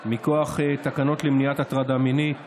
מכוח תקנות למניעת הטרדה מינית